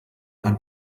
ein